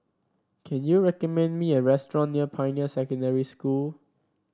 can you recommend me a restaurant near Pioneer Secondary School